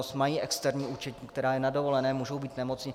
Mají externí účetní, která je na dovolené, můžou být nemocní.